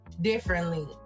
differently